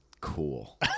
Cool